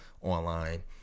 online